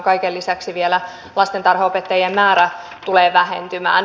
kaiken lisäksi vielä lastentarhaopettajien määrä tulee vähentymään